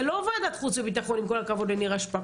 זה לא ועדת חוץ וביטחון עם כל הכבוד לנירה שפק,